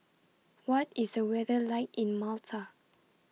What IS The weather like in Malta